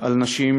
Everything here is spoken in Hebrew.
של נשים,